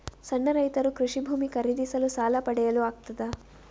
ಸಣ್ಣ ರೈತರು ಕೃಷಿ ಭೂಮಿ ಖರೀದಿಸಲು ಸಾಲ ಪಡೆಯಲು ಆಗ್ತದ?